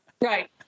Right